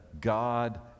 God